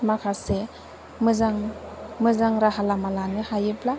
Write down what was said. माखासे मोजां मोजां राहा लामा लानो हायोब्ला